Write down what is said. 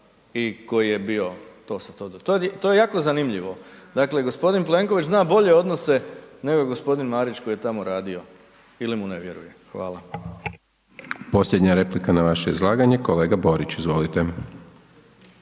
se ne razumije./... to je jako zanimljivo. Dakle gospodin Plenković zna bolje odnose nego gospodin Marić koji je tamo radio ili mu ne vjeruje. Hvala. **Hajdaš Dončić, Siniša (SDP)** Posljednja replika na vaše izlaganje kolega Borić, izvolite.